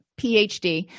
PhD